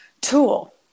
tool